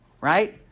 right